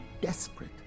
desperate